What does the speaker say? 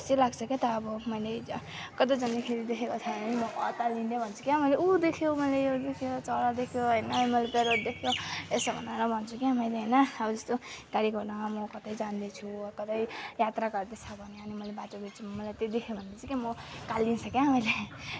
खुसी लाग्छ के त अब माने कतै जाँदैखेरि देखेको छ भने हतारिँदै भन्छु क्या उ देख्यो मैले यो चरा देख्यो होइन मैले प्यारोट देख्यो यसो भनेर भन्छु के मैले होइन अब जस्तो म कतै जाँदैछु कतै यात्रा गर्दैछ भने अनि मैले बाटो बिचमा मैले त्यो देखेँ भने चाहिँ के म कहालिन्छ क्या मैले